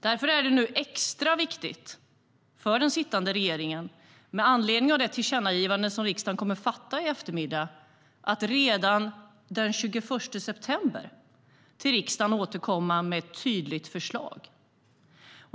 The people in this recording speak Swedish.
Därför är det nu extra viktigt för den sittande regeringen, med anledning av det beslut om tillkännagivande som riksdagen kommer att fatta i eftermiddag, att redan den 21 september till riksdagen återkomma med ett tydligt förslag.